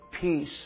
peace